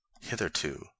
Hitherto